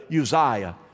Uzziah